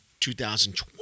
2020